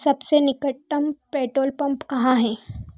सबसे निकटतम petrol pump कहाँ है